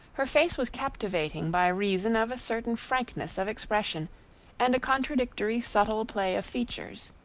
her face was captivating by reason of a certain frankness of expression and a contradictory subtle play of features.